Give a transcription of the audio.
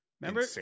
Remember